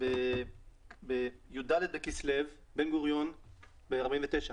בי"ד בכסלו ב-1949,